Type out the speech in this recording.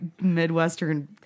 Midwestern